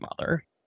mother